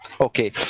Okay